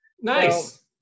Nice